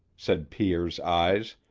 said pierre's eyes,